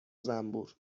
زنبور